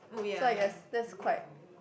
so I guess that's quite